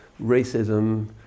racism